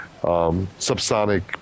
subsonic